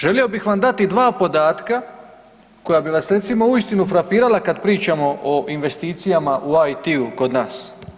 Želio bih vam dati dva podatka koja bi vas recimo uistinu frapirala kad pričamo o investicijama u IT-u kod nas.